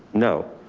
no,